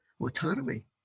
autonomy